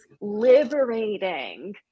liberating